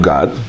God